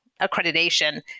accreditation